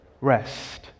rest